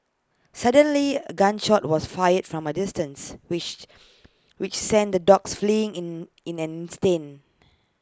suddenly A gun shot was fired from A distance which which sent the dogs fleeing in in an instant